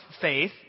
faith